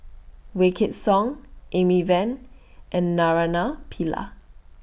Wykidd Song Amy Van and Naraina Pillai